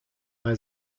bei